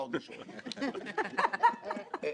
שמבקשת עורכת הדין אתי בנדלר לומר,